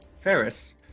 Ferris